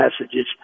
messages